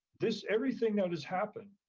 this everything that has happened,